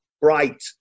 bright